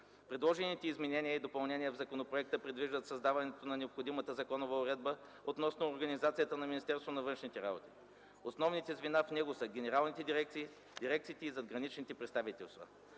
Предложените изменения и допълнения в законопроекта предвиждат създаването на необходимата законова уредба относно организацията на Министерството на външните работи. Основните звена в него са генералните дирекции, дирекциите и задграничните представителства.